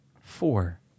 Four